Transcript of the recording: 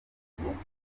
nyabugogo